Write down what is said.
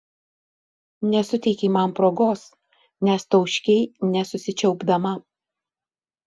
nesuteikei man progos nes tauškei nesusičiaupdama